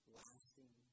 lasting